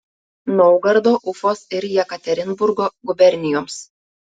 naugardo ufos ir jekaterinburgo gubernijoms